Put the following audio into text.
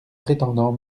prétendant